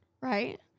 right